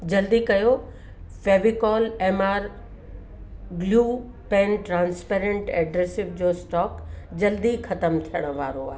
जल्दी कयो Fevicol M R glue pen transparent adhesive जो स्टोक जल्दी ख़तम थियणु वारो आहे